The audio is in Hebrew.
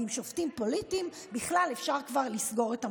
ועם שופטים פוליטיים בכלל אפשר כבר לסגור את המדינה.